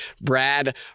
Brad